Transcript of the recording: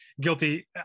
guilty